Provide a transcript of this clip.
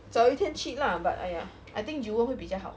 找一天去 lah but !aiya! I think jewel 会比较好